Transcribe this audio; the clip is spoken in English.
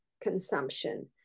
consumption